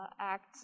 Act